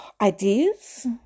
ideas